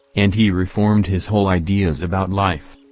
and he reformed his whole ideas about life,